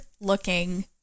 looking